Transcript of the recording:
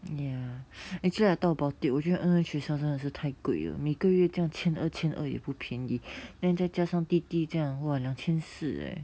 ya actually I talk about it 我觉得蒽蒽学校真的是太贵了每个月这样千二千二也不便宜 then 再加上弟弟这样 !wah! 两千四 leh